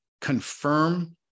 confirm